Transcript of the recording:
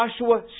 Joshua